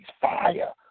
fire